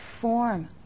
form